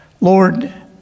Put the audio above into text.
Lord